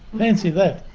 fancy that.